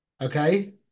Okay